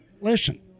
listen